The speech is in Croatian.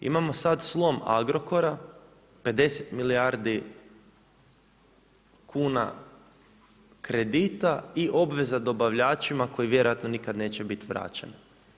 Imamo sad slom Agrokora, 50 milijardi kuna kredita i obveza dobavljačima koji vjerojatno nikad neće biti vraćene.